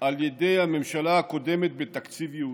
על ידי הממשלה הקודמת, בתקציב ייעודי.